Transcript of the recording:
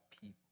people